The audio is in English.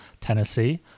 Tennessee